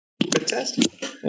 Fantastic